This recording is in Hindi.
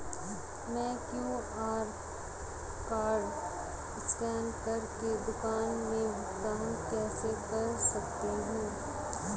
मैं क्यू.आर कॉड स्कैन कर के दुकान में भुगतान कैसे कर सकती हूँ?